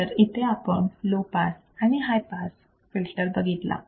तर इथे आपण लो पास आणि हाय पास फिल्टर बघितला